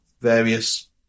various